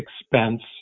expense